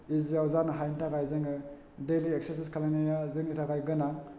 इजियाव जानो हायिनि थाखाय जोङो डेलि इकसारसाइस खालामनाया जोंनि थाखाय गोनां